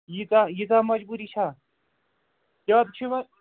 ییٖژاہ ییٖژاہ مجبوٗری چھا یا تہِ چھِ وۄنۍ